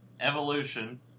Evolution